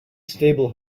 stable